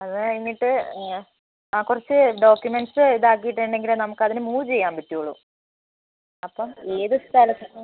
അത് കഴിഞ്ഞിട്ട് ആ കുറച്ച് ഡോക്യൂമെന്റസ് ഇതാക്കിയിട്ടുണ്ടെങ്കിൽ നമുക്ക് അതിനെ മൂവ് ചെയ്യാൻ പറ്റുകയുള്ളു അപ്പം ഏതു സ്ഥലത്താണ്